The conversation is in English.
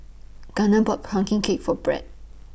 Gunner bought Pumpkin Cake For Bret